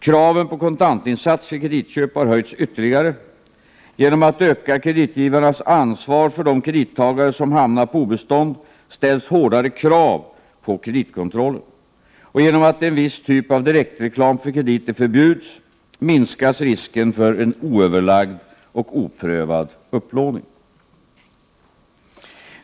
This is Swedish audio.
Kraven på kontantinsats vid kreditköp har höjts ytterligare. Genom att öka kreditgivarnas ansvar för de kredittagare som hamnat på obestånd ställs hårdare krav på kreditkontrollen. Och genom att viss typ av direktreklam för krediter förbjuds minskas risken för en oöverlagd och oprövad upplåning.